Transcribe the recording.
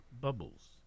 bubbles